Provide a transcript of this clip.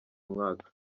umwaka